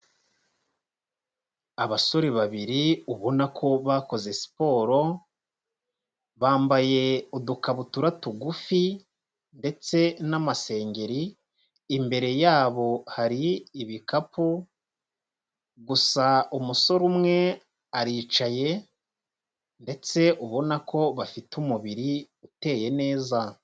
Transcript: Abasore babiri ubona ko bakoze siporo, bambaye udukabutura tugufi ndetse n'amasengeri, imbere yabo hari ibikapu gusa umusore umwe aricaye ndetse ubona ko bafite umubiri uteye neza.